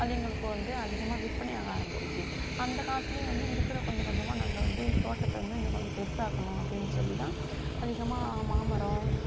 அது எங்களுக்கு வந்து அதிகமாக விற்பனை ஆக ஆரம்பிச்சிச்சு அந்த காசிலையும் வந்து இருக்கிற கொஞ்சம் கொஞ்சமாக நாங்கள் வந்து தோட்டத்தை வந்து இன்னும் கொஞ்சம் பெருசாக்கணும் அப்படின்னு சொல்லிதான் அதிகமாக மாமரம்